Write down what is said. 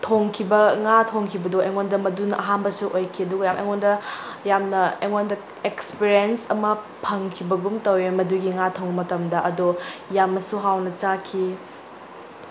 ꯊꯣꯡꯈꯤꯕ ꯉꯥ ꯊꯣꯡꯈꯤꯕꯗꯣ ꯑꯩꯉꯣꯟꯗ ꯃꯗꯨꯅ ꯑꯍꯥꯟꯕꯁꯨ ꯑꯣꯏꯈꯤ ꯑꯗꯨꯒ ꯌꯥꯝ ꯑꯩꯉꯣꯟꯗ ꯌꯥꯝꯅ ꯑꯩꯉꯣꯟꯗ ꯑꯦꯛꯁꯄꯤꯔꯤꯌꯦꯟꯁ ꯑꯃ ꯐꯪꯈꯤꯕꯒꯨꯝ ꯇꯧꯋꯦ ꯃꯗꯨꯒꯤ ꯉꯥ ꯊꯣꯡꯕ ꯃꯇꯝꯗ ꯑꯗꯣ ꯌꯥꯝꯅꯁꯨ ꯍꯥꯎꯅ ꯆꯥꯈꯤ